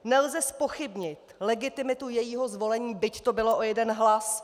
Nelze zpochybnit legitimitu jejího zvolení, byť to bylo o jeden hlas.